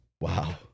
wow